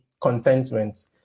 contentment